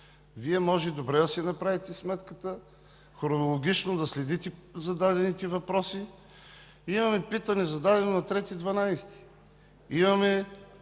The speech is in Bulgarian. Вие можете добре да си направите сметката, хронологично да следите зададените въпроси. Имаме питане, зададено на 3